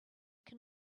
can